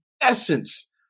essence